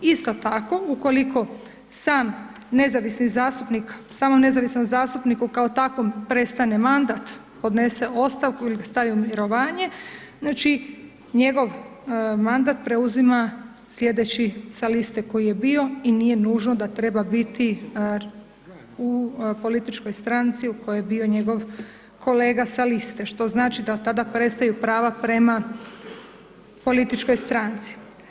Isto tako, ukoliko sam nezavisni zastupnik, samom nezavisnom zastupniku kao takvom prestane mandat, podnese ostavku ili stavi u mirovanje, znači njegov mandat preuzima slijedeći sa liste koji je bio i nije nužno da treba biti u političkoj stranci u kojoj je bio njegov kolega sa liste, što znači da tada prestaju prava prema političkoj stranci.